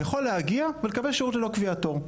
יכול להגיע ולקבל שירות ללא קביעת תור,